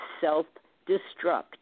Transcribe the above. self-destruct